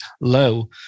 low